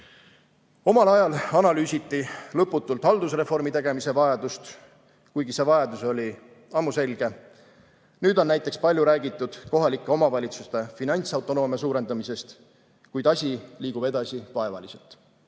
Omal ajal analüüsiti lõputult haldusreformi tegemise vajadust, kuigi see vajadus oli ammu selge. Nüüd on näiteks palju räägitud kohalike omavalitsuste finantsautonoomia suurendamisest, kuid asi liigub edasi vaevaliselt.